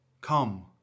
Come